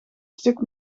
stuk